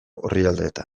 orrialdeetan